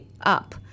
up